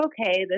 okay